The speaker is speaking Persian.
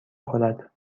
خورد